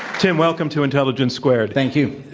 tim, welcome to intelligence squared. thank you.